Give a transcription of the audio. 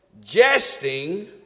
jesting